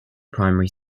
primary